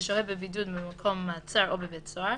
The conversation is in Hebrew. התש"ף 2020 ושוהה בבידוד במקום מעצר או בבית סוהר,